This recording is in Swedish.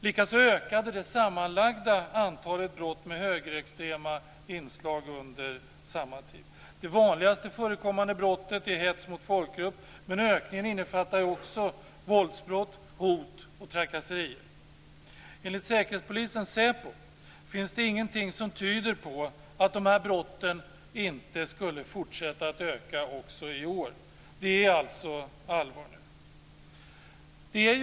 Likaså ökade det sammanlagda antalet brott med högerextrema inslag under samma tid. Det vanligaste förekommande brottet är hets mot folkgrupp, men ökningen innefattar också våldsbrott, hot och trakasserier. Enligt Säkerhetspolisen, SÄPO, finns det ingenting som tyder på att brotten inte skulle fortsätta att öka också i år. Det är allvar.